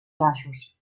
baixos